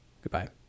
Goodbye